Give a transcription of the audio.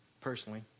personally